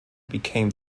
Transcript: became